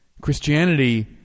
Christianity